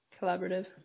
collaborative